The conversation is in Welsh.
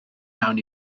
iawn